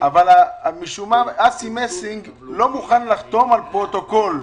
משום מה אסי מסינג לא מוכן לחתום על פרוטוקול.